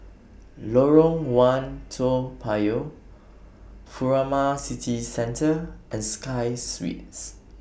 Lorong one Toa Payoh Furama City Centre and Sky Suites